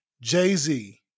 Jay-Z